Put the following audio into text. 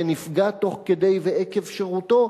ונפגע תוך כדי ועקב שירותו,